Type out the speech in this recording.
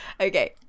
Okay